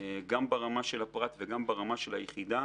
גם ברמה של הפרט וגם ברמה של היחידה